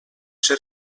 ser